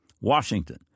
Washington